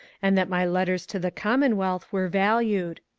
and that my letters to the commonwealth were valued.